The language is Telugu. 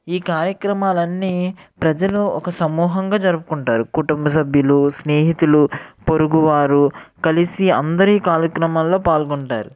ఈ కార్యక్రమాలన్నీ ప్రజలు ఒక సమూహంగా జరుపుకుంటారు కుటుంబ సభ్యులు స్నేహితులు పొరుగువారు కలిసి అందరూ ఈ కార్యక్రమాల్లో పాల్గొంటారు